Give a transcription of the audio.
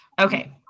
Okay